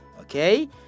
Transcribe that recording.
Okay